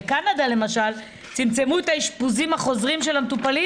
בקנדה למשל צמצמו את האשפוזים החוזרים של המטופלים